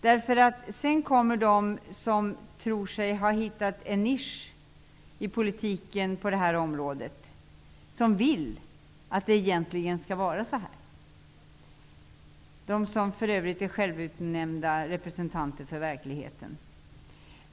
Det finns de som tror sig ha hittat en nisch i politiken på det här området och som egentligen vill att det skall vara så som det skildras. De är för övrigt självutnämnda representanter för verkligheten.